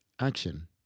action